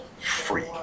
free